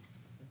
רוויזיה.